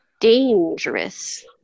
dangerous